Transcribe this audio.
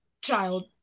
child